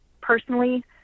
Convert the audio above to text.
personally